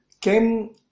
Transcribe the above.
came